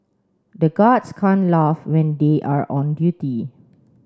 the guards can't laugh when they are on duty